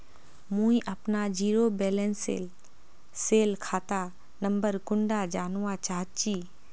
मुई अपना zero balance सेल खाता नंबर कुंडा जानवा चाहची?